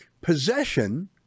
Possession